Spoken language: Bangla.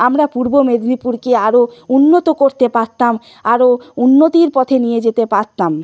আমরা পূর্ব মেদিনীপুরকে আরও উন্নত করতে পারতাম আরও উন্নতির পথে নিয়ে যেতে পারতাম